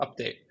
update